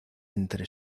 entre